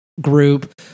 group